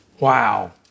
Wow